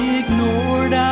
ignored